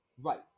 Right